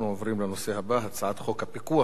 אנחנו עוברים לנושא הבא: הצעת חוק הפיקוח